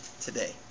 today